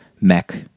mech